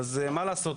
מה לעשות,